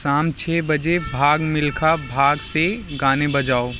साम छः बजे भाग मिलखा भाग से गाने बजाओ